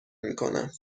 میکنم